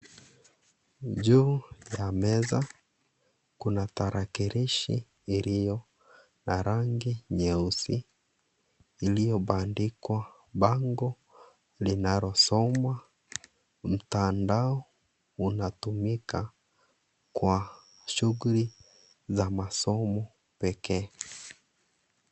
Juu ya meza, kuna tarakilishi iliyo na rangi nyeusi iliyobandikwa bango linalosomwa mtandao unatumika kwa shughuli za masomo pekee.